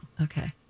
Okay